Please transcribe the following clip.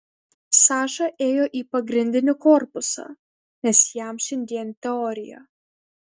saša ėjo į pagrindinį korpusą nes jam šiandien teorija